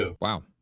Wow